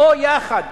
או יחד,